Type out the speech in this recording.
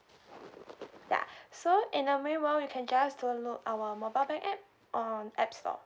ya so in the meanwhile you can just download our mobile bank app on app store